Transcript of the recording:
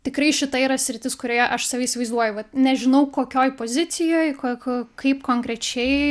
tikrai šita yra sritis kurioje aš save įsivaizduoju vat nežinau kokioj pozicijoj ko ko kaip konkrečiai